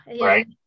Right